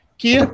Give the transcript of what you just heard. que